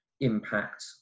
impact